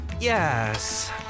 Yes